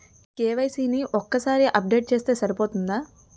KYC ని ఒక్కసారి update చేస్తే సరిపోతుందా?